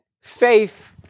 faith